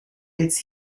its